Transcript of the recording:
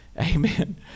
amen